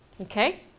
Okay